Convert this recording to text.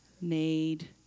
need